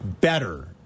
better